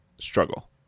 struggle